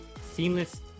seamless